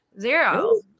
Zero